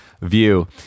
view